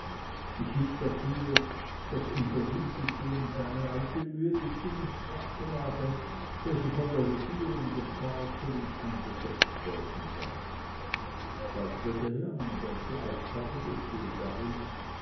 ich hielt dafür das unterwisiggehen sei eine alte üebig die nichts abtrage welche von der regierung dem pfarrer zu lieb eingesetzt worden sei ich glaubte daher meine ganze aufgabe bestehe darin